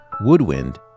woodwind